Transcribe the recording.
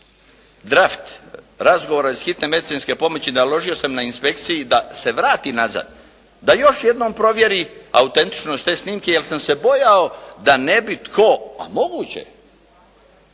draft razgovora iz hitne medicinske pomoći, naložio sam na inspekciji da se vrati nazad, da još jednom provjeri autentičnost te snimke, jer sam se bojao da ne bi tko, a moguće